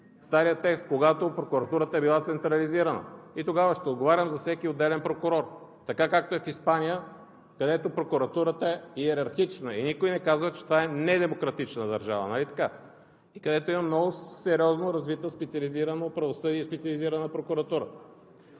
стария текст, когато прокуратурата е била централизирана, и тогава ще отговарям за всеки отделен прокурор – така, както е в Испания, където прокуратурата е йерархична и никой не казва, че това е недемократична държава, нали така, и където има много сериозно развито специализирано правосъдие и специализирана прокуратура.